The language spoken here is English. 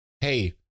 Hey